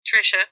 Trisha